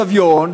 או סביון,